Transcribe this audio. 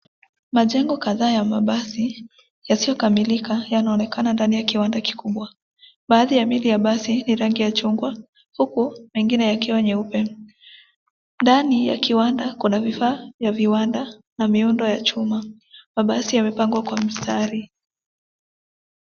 Majengo kadhaa ya mabati yasiokamilika yanaonekana ndani ya kiwanda kikubwa. Baadhi ya mili ya basi ni rangi ya chungwa huku ingine yakiwa nyeupe. Ndani ya kiwanda kuna vifaa vya viwanda ya miundo ya chuma. Mabati yamepangwa kwa mstari.